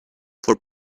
for